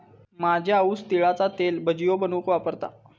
माझी आऊस तिळाचा तेल भजियो बनवूक वापरता